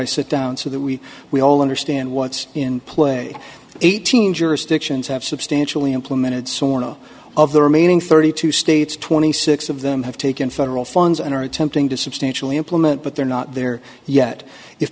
i sit down so that we we all understand what's in play eighteen jurisdictions have substantially implemented sort of of the remaining thirty two states twenty six of them have taken federal funds and are attempting to substantially implement but they're not there yet if